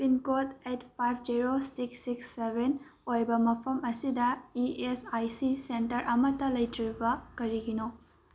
pin code eight five zero six six seven ꯑꯣꯏꯕ ꯃꯐꯝ ꯑꯁꯤꯗ E S I C centre ꯑꯃꯇ ꯂꯩꯇ꯭ꯔꯤꯕ ꯀꯔꯤꯒꯤꯅꯣ